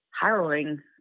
harrowing